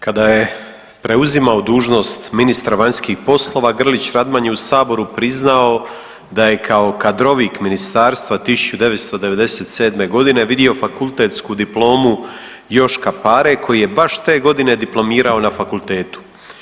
Kada je preuzimao dužnost ministra vanjskih poslova Grlić Radman je u saboru priznao da je kao kadrovik ministarstva 1997. godine vidio fakultetsku diplomu Joška Pare koji je baš te godine diplomirao na fakultetu.